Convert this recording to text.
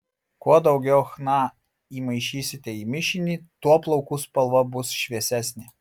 kuo daugiau chna įmaišysite į mišinį tuo plaukų spalva bus šviesesnė